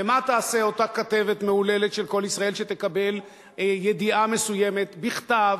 ומה תעשה אותה כתבת מהוללת של "קול ישראל" כשתקבל ידיעה מסוימת בכתב,